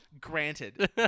Granted